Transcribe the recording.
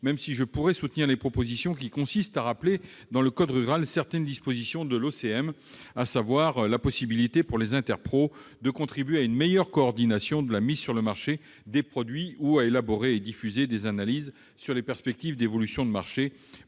même si je peux soutenir les propositions consistant à rappeler dans le code rural certaines dispositions du règlement OCM, à savoir la possibilité pour les interprofessions de contribuer à une meilleure coordination de la mise sur le marché des produits ou à élaborer et diffuser des analyses sur les perspectives d'évolution de marché,